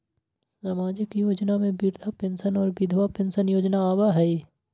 सामाजिक योजना में वृद्धा पेंसन और विधवा पेंसन योजना आबह ई?